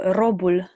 robul